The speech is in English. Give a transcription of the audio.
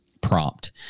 prompt